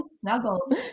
snuggled